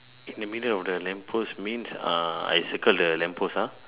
in the middle of the lamp post means ah I circle the lamp post ah